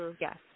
Yes